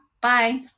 Bye